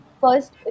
First